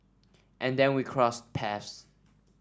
and then we crossed paths